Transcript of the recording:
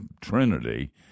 Trinity